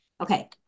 Okay